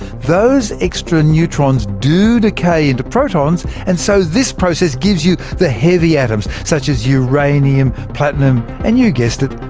those extra neutrons do decay into protons, and so this process gives you the heavy atoms such as uranium, platinum, and you guessed it,